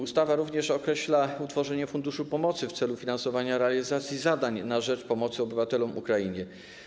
Ustawa określa również utworzenie funduszu pomocy w celu finansowania realizacji zadań na rzecz pomocy obywatelom Ukrainy.